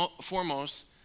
foremost